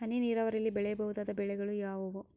ಹನಿ ನೇರಾವರಿಯಲ್ಲಿ ಬೆಳೆಯಬಹುದಾದ ಬೆಳೆಗಳು ಯಾವುವು?